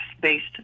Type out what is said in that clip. based